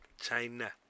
China